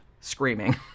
screaming